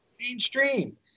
Mainstream